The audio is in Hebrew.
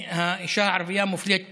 האישה הערבייה מופלית פעמיים,